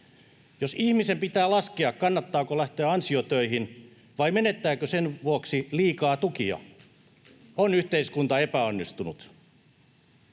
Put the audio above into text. Jos ihmisen pitää laskea, kannattaako lähteä ansiotöihin vai menettääkö sen vuoksi liikaa tukia, on yhteiskunta epäonnistunut.